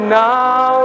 now